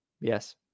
Yes